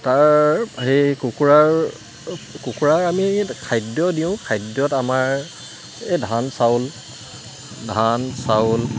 তাৰ সেই কুকুৰাৰ কুকুৰাৰ আমি খাদ্য দিওঁ খাদ্যত আমাৰ এই ধান চাউল ধান চাউল